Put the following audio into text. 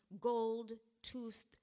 gold-toothed